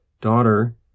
daughter